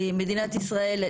מדינת ישראל,